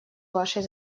вашей